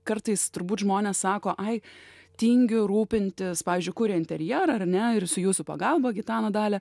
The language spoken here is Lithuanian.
kartais turbūt žmonės sako ai tingiu rūpintis pavyzdžiui kuria interjerą ar ne su jūsų pagalba gitana dalia